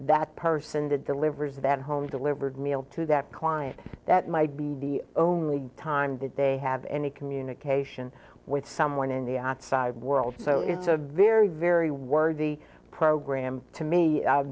that person that delivers that home delivered meal to that client that might be the only time that they have any communication with someone in the outside world so it's a very very worthy program to me